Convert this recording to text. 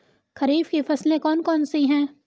खरीफ की फसलें कौन कौन सी हैं?